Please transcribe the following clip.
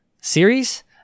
series